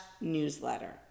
newsletter